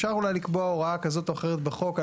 אפשר אולי לקבוע הוראה כזו או אחרת בחוק.